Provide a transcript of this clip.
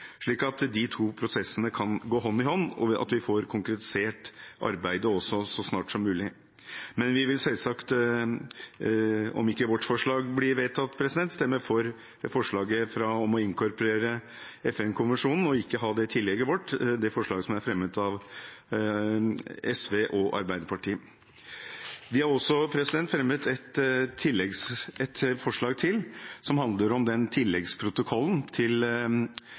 Slik kan de to prosessene gå hånd i hånd, og vi får konkretisert arbeidet så snart som mulig. Men vi vil selvsagt, om ikke vårt forslag blir vedtatt, stemme for forslaget som er fremmet av SV og Arbeiderpartiet om å inkorporere FN-konvensjonen, uten det tillegget. Vi har fremmet et forslag til, som handler om tilleggsprotokollen til CRPD, altså denne konvensjonen, om individklageordninger, der vi ber om en vurdering av konsekvensene om Norge tilslutter seg den tilleggsprotokollen.